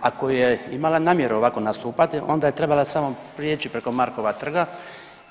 Ako je imala namjeru ovako nastupati, onda je trebala samo prijeći preko Markova trga